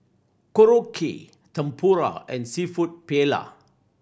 Korokke Tempura and Seafood Paella